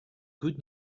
good